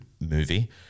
movie